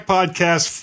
Podcast